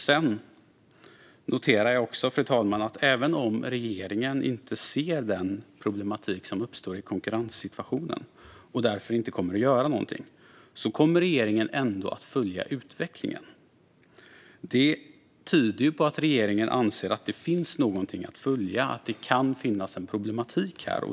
Sedan noterar jag, fru talman, att även om regeringen inte ser den problematik som uppstår i konkurrenssituationen, och därför inte kommer att göra någonting, kommer regeringen ändå att följa utvecklingen. Det tyder på att regeringen anser att det finns någonting att följa, att det kan finnas en problematik här.